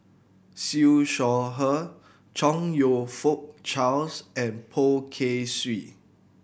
Siew Shaw Her Chong You Fook Charles and Poh Kay Swee